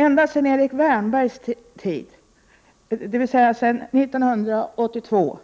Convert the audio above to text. Ända sedan Erik Wärnbergs tid, dvs. sedan 1982,